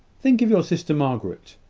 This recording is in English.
think of your sister, margaret.